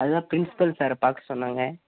அதுதான் பிரின்ஸிபல் சாரை பார்க்க சொன்னாங்க